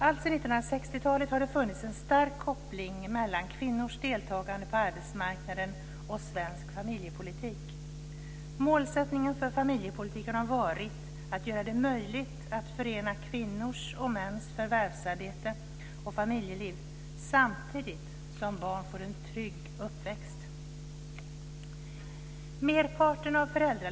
Alltsedan 1960-talet har det funnits en stark koppling mellan kvinnors deltagande på arbetsmarknaden och svensk familjepolitik. Målsättningen för familjepolitiken har varit att göra det möjligt att förena kvinnors och mäns förvärvsarbete och familjeliv samtidigt som barn får en trygg uppväxt.